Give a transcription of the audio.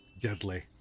Deadly